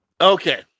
Okay